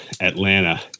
Atlanta